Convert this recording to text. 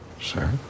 Sir